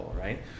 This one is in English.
right